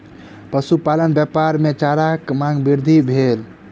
पशुपालन व्यापार मे चाराक मांग मे वृद्धि भेल